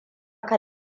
ka